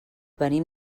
venim